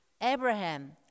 Abraham